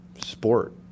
sport